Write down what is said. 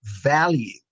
value